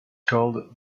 called